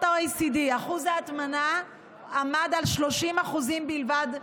ה-OECD אחוז ההטמנה עמד על 30% בלבד,